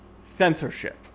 censorship